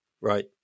right